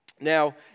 Now